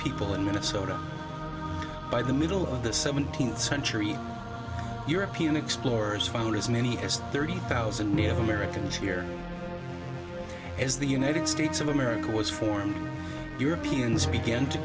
people in minnesota by the middle of the seventeenth century european explorers found as many as thirty thousand native americans here as the united states of america was formed europeans began to